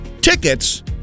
Tickets